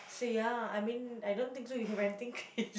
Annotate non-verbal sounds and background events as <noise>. so ya I mean I don't think so you have anything <laughs>